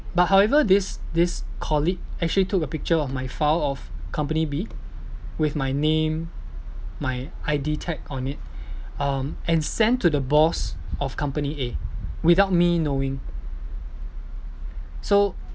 but however this this colleague actually took a picture of my file of company B with my name my I_D tag on it um and sent to the boss of company A without me knowing so